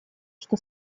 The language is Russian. что